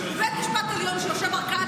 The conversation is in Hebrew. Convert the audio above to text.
כובעים: בית משפט עליון שיושב בערכאת